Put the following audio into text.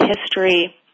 history